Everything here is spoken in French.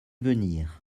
venir